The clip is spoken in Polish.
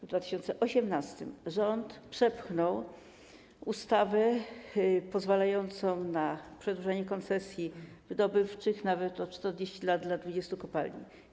W 2018 r. rząd przepchnął ustawę pozwalającą na przedłużenie koncesji wydobywczych nawet o 40 lat dla 20 kopalni.